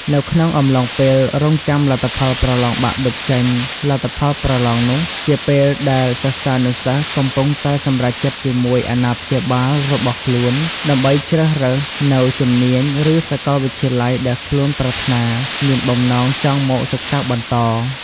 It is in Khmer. នៅក្នុងអំឡុងពេលរងចាំលទ្ធផលប្រឡងបាក់ឌុបចេញលទ្ធផលប្រឡងនោះ ជាពេលដែលសិស្សានុសិស្សកំពុងតែសម្រេចចិត្តជាមួយអាណាព្យាបាលរបស់ខ្លួនដើម្បីជ្រើសរើសនូវជំនាញ ឬសកលវិទ្យាល័យដែលខ្លួនប្រាថ្នា មានបំណងចង់មកសិក្សាបន្ត។